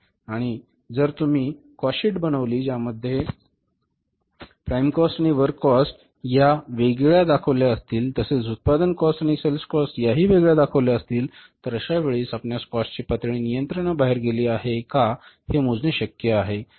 आणि जर तुम्ही कॉस्ट शीट बनवली असेल ज्यामध्ये प्राइम कॉस्ट आणि वर्क कॉस्ट या वेगळ्या दाखवल्या असतील तसेच उत्पादन कॉस्ट आणि सेल्स कॉस्ट याही वेगळ्या दाखवल्या असतील तर अश्या वेळी आपणस कॉस्ट ची पातळी नियंत्रण बाहेर गेली आहे का हेय मोजणे सहज शक्य आहे